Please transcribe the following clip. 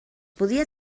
podia